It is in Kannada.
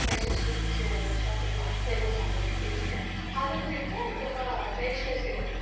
ಮೈಸೂರು ಸಿಲ್ಕ್ ಸೀರೆಗಳು ಸಹ ತುಂಬ ಫೇಮಸ್ ಆಗಿದೆ ಇತ್ತೀಚೆಗೆ ಅದನ್ನ ಬಿಟ್ಟರೆ ತುಂಬ ರೇಷ್ಮೆ ಸೀರೆಗಳು